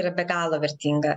yra be galo vertinga